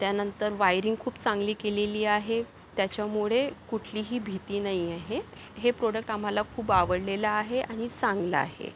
त्यानंतर वायरिंग खूप चांगली केलेली आहे त्याच्यामुळे कुठलीही भीती नाही आहे हे प्रॉडक्ट आम्हाला खूप आवडलेलं आहे आणि चांगलं आहे